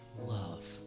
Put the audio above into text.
love